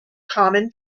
common